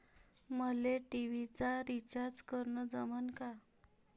मले टी.व्ही चा रिचार्ज करन जमन का?